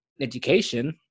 education